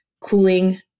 cooling